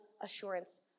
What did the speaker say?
assurance